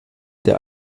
der